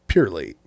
Purely